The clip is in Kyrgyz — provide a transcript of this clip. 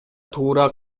туура